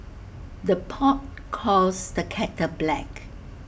the pot calls the kettle black